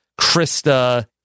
Krista